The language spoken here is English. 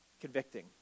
convicting